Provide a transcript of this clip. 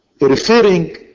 referring